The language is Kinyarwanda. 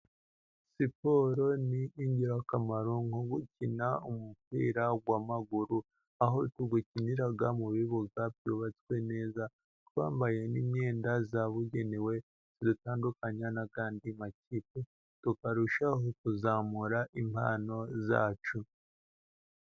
Siporo ni ingirakamaro nko gukina umupira w'amaguru, aho tuwukinira mu bibuga byubatswe neza, twambaye n'imyenda yabugenewe idutandukany n'ayandi makipe, tukarushaho kuzamura impano zacu.